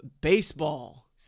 baseball